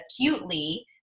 acutely